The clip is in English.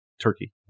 Turkey